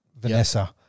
Vanessa